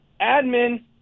admin